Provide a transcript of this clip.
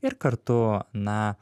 ir kartu na